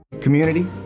Community